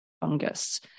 fungus